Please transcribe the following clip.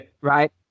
Right